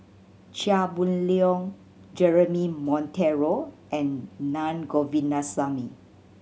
Chia Boon Leong Jeremy Monteiro and Naa Govindasamy